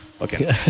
okay